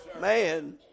Man